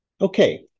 Okay